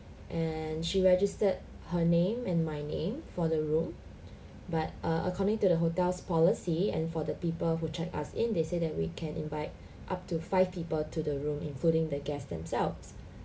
and she registered her name and my name for the room but uh according to the hotel's policy and for the people who checked us in they say that we can invite up to five people to the room including the guest themselves